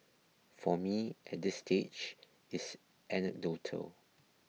for me at this stage it's anecdotal